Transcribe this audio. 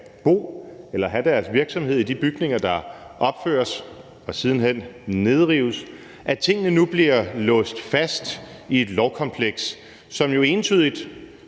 bo eller have deres virksomhed i de bygninger, der opføres og siden hen nedrives, at tingene nu bliver låst fast i et lovkompleks, som jo entydigt,